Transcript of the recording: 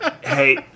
Hey